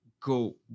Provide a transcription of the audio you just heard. go